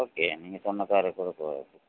okay நீங்கள் சொன்ன காரே கூட போதும்